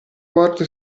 porto